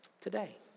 today